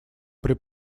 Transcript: при